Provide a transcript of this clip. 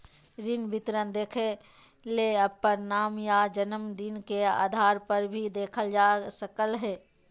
ऋण विवरण देखेले अपन नाम या जनम दिन के आधारपर भी देखल जा सकलय हें